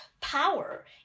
power